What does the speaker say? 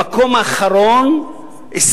במקום האחרון,